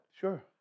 Sure